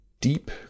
deep